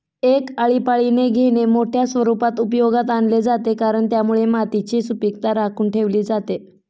एक आळीपाळीने घेणे मोठ्या स्वरूपात उपयोगात आणले जाते, कारण त्यामुळे मातीची सुपीकता राखून ठेवली जाते